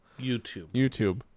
YouTube